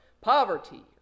poverty